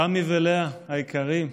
רמי ולאה היקרים,